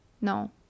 no